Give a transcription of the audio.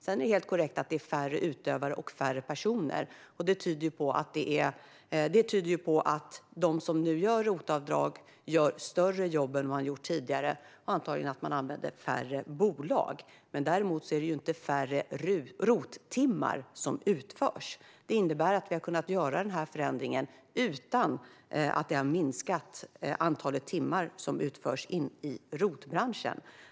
Det är helt korrekt att det är färre utövare och färre personer, och det tyder på att de som gör ROT-avdrag gör större jobb än tidigare och använder färre bolag. Det är dock inte färre ROT-timmar som utförs. Detta innebär att vi har kunnat göra denna förändring utan att det har minskat antalet timmar som utförs i ROT-branschen.